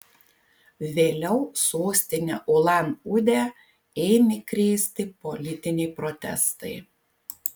vėliau sostinę ulan udę ėmė krėsti politiniai protestai